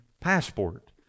passport